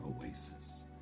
oasis